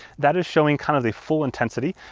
that is showing kind of the full intensity.